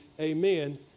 Amen